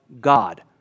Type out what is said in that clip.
God